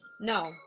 No